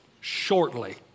Shortly